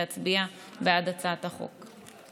להצביע בעד הצעת החוק.